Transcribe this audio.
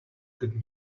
good